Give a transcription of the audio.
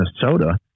Minnesota